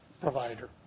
provider